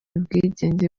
ubwigenge